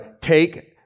take